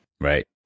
Right